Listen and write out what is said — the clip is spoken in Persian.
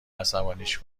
عصبانیش